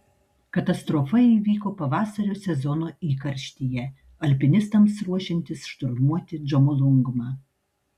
katastrofa įvyko pavasario sezono įkarštyje alpinistams ruošiantis šturmuoti džomolungmą